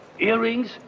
Earrings